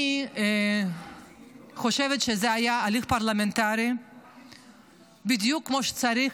אני חושבת שזה היה הליך פרלמנטרי בדיוק כמו שצריך,